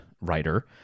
writer